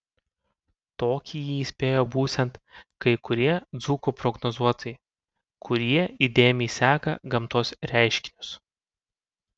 tokį jį įspėjo būsiant kai kurie dzūkų prognozuotojai kurie įdėmiai seka gamtos reiškinius